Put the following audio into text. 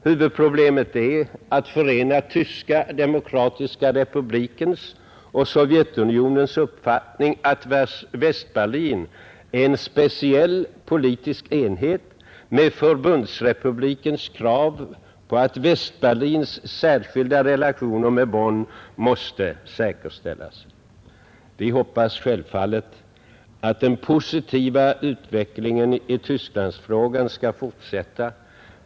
Huvudproblemet är att förena Tyska demokratiska republikens och Sovjetunionens uppfattning att Västberlin är en speciell politisk enhet med Förbundsrepublikens krav på att Västberlins särskilda relationer med Bonn måste säkerställas. Vi hoppas självfallet, att den positiva utvecklingen i Tysklandsfrågan skall fortsätta.